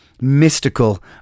mystical